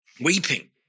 Weeping